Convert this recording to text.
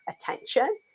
attention